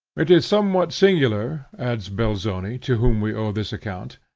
it is somewhat singular, adds belzoni, to whom we owe this account,